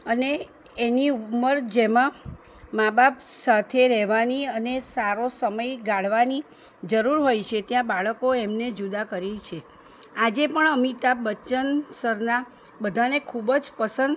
અને એની ઉંમર જેમાં મા બાપ સાથે રહેવાની અને સારો સમય ગાળવાની જરૂર હોય છે ત્યાં બાળકો એમને જુદા કરે છે આજે પણ અમિતાભ બચ્ચન સરનાં બધાને ખૂબ જ પસંદ